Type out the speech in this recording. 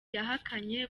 yahakanye